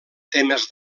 temes